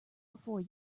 before